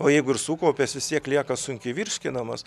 o jeigu ir sukaupia jis vis tiek lieka sunkiai virškinamas